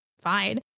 fine